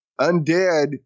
undead